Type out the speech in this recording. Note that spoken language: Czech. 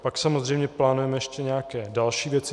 Pak samozřejmě plánujeme ještě nějaké další věci.